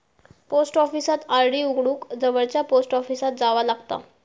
post ऑफिसात RD उघडूक जवळचा पोस्ट ऑफिसात जावा लागता